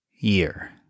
year